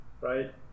right